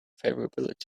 favorability